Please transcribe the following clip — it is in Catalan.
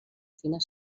fina